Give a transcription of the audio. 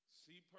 see